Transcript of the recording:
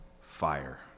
Fire